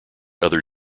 other